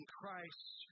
Christ